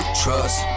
trust